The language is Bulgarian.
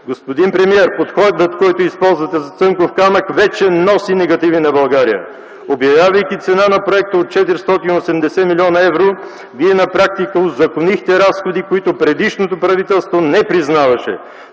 Господин премиер, подходът, който използвате за „Цанков камък” вече носи негативи на България. Обявявайки цена на проекта от 480 млн. евро, Вие на практика узаконихте разходи, които предишното правителство не признаваше.